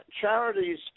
charities –